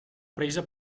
presa